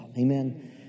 Amen